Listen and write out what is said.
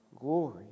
glory